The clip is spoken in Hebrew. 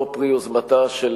לכנסת (תיקון מס' 59) (הצבעת חברי ועדת קלפי),